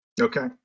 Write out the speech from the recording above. okay